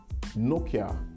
Nokia